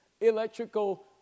electrical